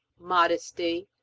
modesty,